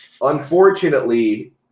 Unfortunately